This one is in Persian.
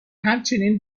همچنین